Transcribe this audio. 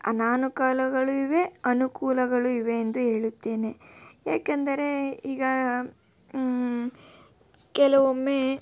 ಅನಾನುಕೂಲಗಳು ಇವೆ ಅನುಕೂಲಗಳು ಇವೆ ಎಂದು ಹೇಳುತ್ತೇನೆ ಏಕೆಂದರೆ ಈಗ ಕೆಲವೊಮ್ಮೆ